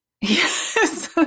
Yes